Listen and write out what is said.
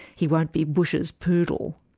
he won't be bush's poodle.